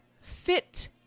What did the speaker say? fit